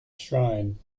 shrine